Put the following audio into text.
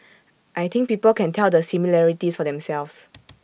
I think people can tell the similarities for themselves